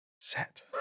set